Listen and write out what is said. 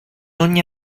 ogni